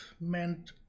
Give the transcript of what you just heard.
meant